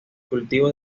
cultivo